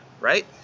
right